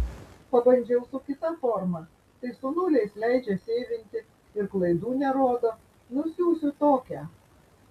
pabandžiau su kita forma tai su nuliais leidžia seivinti ir klaidų nerodo nusiųsiu tokią